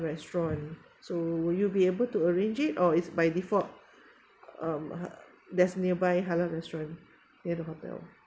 restaurant so will you be able to arrange it or it's by default um uh there's nearby halal restaurant near the hotel